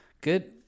Good